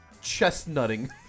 Chestnutting